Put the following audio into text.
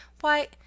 Why